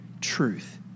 truth